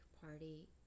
party